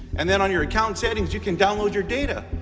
and then on your account settings, you can download your data.